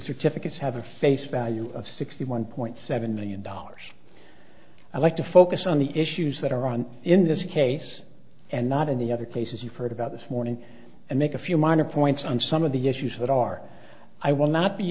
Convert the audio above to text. certificates have a face value of sixty one point seven million dollars i'd like to focus on the issues that are on in this case and not in the other cases you've heard about this morning and make a few minor points on some of the issues that are i will not be